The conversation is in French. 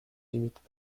limitent